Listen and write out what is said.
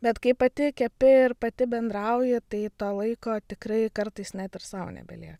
bet kai pati kepi ir pati bendrauji tai to laiko tikrai kartais net ir sau nebelieka